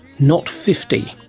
not fifty.